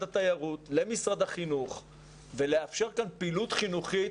התיירות למשרד החינוך ולאפשר פעילות חינוכית,